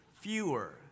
Fewer